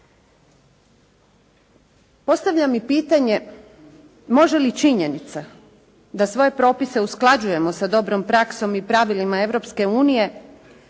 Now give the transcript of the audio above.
Postavljam i pitanje može li i činjenica da svoje propise usklađujemo sa dobrom praksom i pravilima